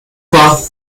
ober